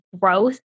growth